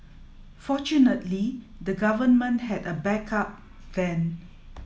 fortunately the government had a back up then